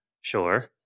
Sure